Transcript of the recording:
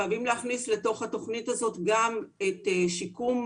חייבים להכניס לתוך התוכנית הזאת גם את שיקום